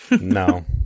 No